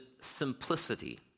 simplicity